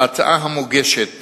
ההצעה המוגשת